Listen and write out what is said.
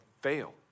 fail